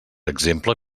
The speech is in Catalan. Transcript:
exemple